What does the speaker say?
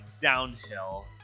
downhill